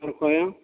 اور کھویا